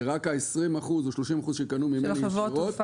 זה רק אותם 20 אחוזים או 30 אחוזים שקנו ממני ישירות,